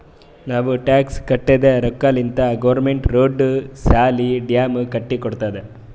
ನಾವ್ ಟ್ಯಾಕ್ಸ್ ಕಟ್ಟಿದ್ ರೊಕ್ಕಾಲಿಂತೆ ಗೌರ್ಮೆಂಟ್ ರೋಡ್, ಸಾಲಿ, ಡ್ಯಾಮ್ ಕಟ್ಟಿ ಕೊಡ್ತುದ್